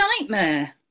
nightmare